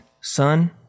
Son